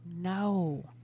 No